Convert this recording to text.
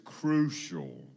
crucial